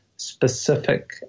Specific